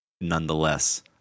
nonetheless